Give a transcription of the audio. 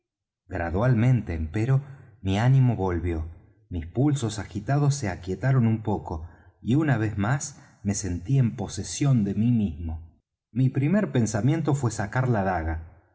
gradualmente empero mi ánimo volvió mis pulsos agitados se aquietaron un poco y una vez más me sentí en posesión de mí mismo mi primer pensamiento fué sacar la daga